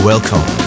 Welcome